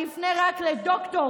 אני אפנה רק לדוקטור,